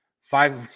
five